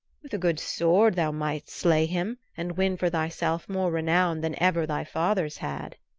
with a good sword thou mightst slay him and win for thyself more renown than ever thy fathers had,